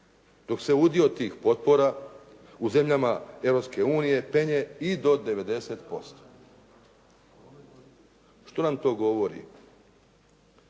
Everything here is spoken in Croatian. Dok se udio tih potpora u zemljama Europske unije penje i do 90%. Što nam to govori?